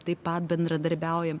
taip pat bendradarbiaujam